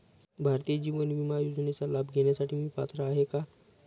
भारतीय जीवन विमा योजनेचा लाभ घेण्यासाठी मी पात्र आहे का?